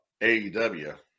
AEW